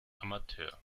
amateur